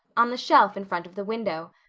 on the shelf in front of the window.